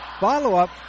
follow-up